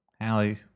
Allie